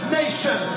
nation